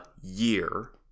year